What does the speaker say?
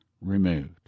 removed